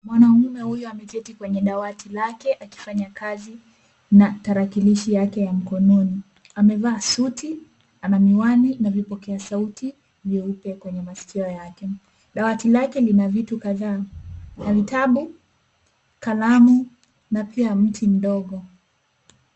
Mwanamume huyu ameketi kwenye dawati lake akifanya kazi na tarakilishi yake ya mkonini. Amevaa suti, ana miwani na vipokea sauti vyeupe kwenye masikio yake. Dawati lake lina vitu kadhaa; kuna vitabu, kalamu na pia mti mdogo.